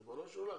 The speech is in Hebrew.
ריבונו של עולם.